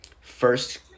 first